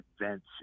events